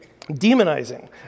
Demonizing